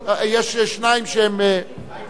יש שניים שידברו.